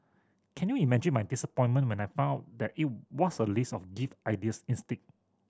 can you imagine my disappointment when I found that it was a list of gift ideas instead